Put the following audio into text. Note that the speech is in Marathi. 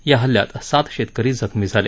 या हल्ल्यात सात शेतकरी जखमी झाले